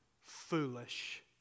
foolish